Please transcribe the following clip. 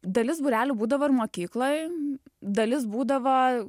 dalis būrelių būdavo ir mokykloj dalis būdavo